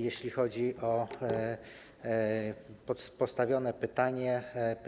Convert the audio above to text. Jeśli chodzi o postawione